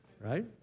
right